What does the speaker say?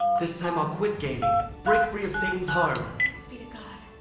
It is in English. this time i'll quit gaming, break free of satan's harm. thanks be to god!